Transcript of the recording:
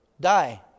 die